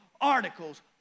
articles